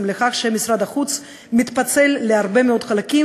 בכך שמשרד החוץ מתפצל להרבה מאוד חלקים,